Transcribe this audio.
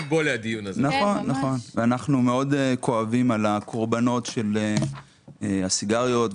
אנחנו מאוד כואבים על הקורבנות של הסיגריות הרגילות,